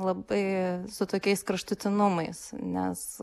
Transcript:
labai su tokiais kraštutinumais nes